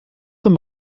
them